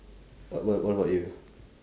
wha~ wha~ what about you